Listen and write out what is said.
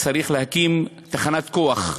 להקים תחנת כוח.